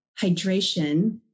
hydration